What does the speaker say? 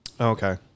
Okay